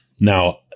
Now